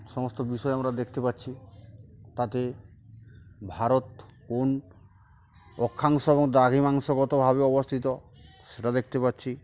সমস্ত বিষয় আমরা দেখতে পাচ্ছি তাতে ভারত কোন অক্ষাংশ এবং দ্রাঘিমাংশগতভাবে অবস্থিত সেটা দেখতে পাচ্ছি